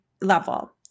level